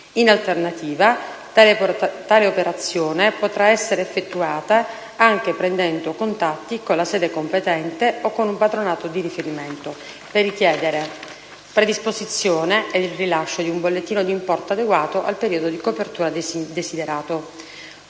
In alternativa, tale operazione potrà essere effettuata anche prendendo contatti con la sede competente o con un patronato di riferimento, per richiedere la predisposizione ed il rilascio di un bollettino di importo adeguato al periodo di copertura desiderato.